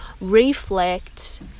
reflect